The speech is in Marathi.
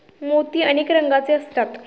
मोती अनेक रंगांचे असतात